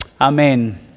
Amen